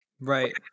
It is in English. Right